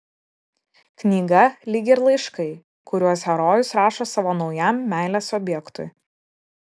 knyga lyg ir laiškai kuriuos herojus rašo savo naujam meilės objektui